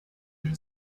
new